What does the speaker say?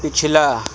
پچھلا